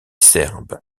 serbe